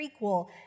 prequel